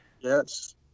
Yes